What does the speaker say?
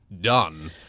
done